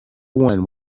one